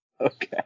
okay